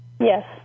Yes